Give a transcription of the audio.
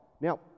Now